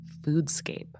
foodscape